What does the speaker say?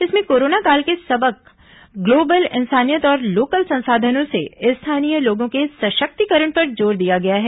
इसमें कोरोना काल के सबक ग्लोबल इंसानियत और लोकल संसाधनों से स्थानीय लोगों के सशक्तिकरण पर जोर दिया गया है